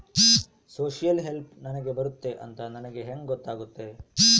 Social help ನನಗೆ ಬರುತ್ತೆ ಅಂತ ನನಗೆ ಹೆಂಗ ಗೊತ್ತಾಗುತ್ತೆ?